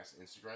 instagram